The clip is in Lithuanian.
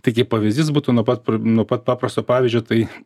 tai kaipi pavyzdys būtų nuo pat nuo pat paprasto pavyzdžio tai